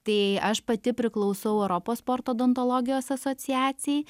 tai aš pati priklausau europos sporto odontologijos asociacijai